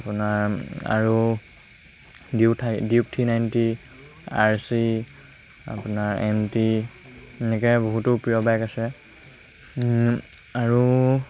আপোনাৰ আৰু ডিউ থাই Duke three ninety R C আপোনাৰ এম টি এনেকৈ বহুতো প্ৰিয় বাইক আছে আৰু